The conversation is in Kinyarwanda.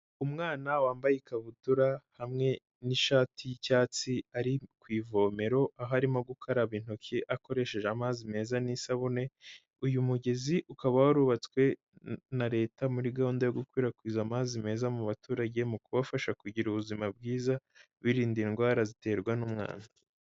Umwana wambaye ikabutura, hamwe n'ishati y'icyatsi, ari ku ivomero, aho arimo gukaraba intoki akoresheje amazi meza n'isabune, uyu mugezi ukaba warubatswe na leta, muri gahunda yo gukwirakwiza amazi meza mu baturage, mu kubafasha kugira ubuzima bwiza, birinda indwara ziterwa n'umwanda.